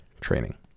training